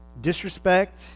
disrespect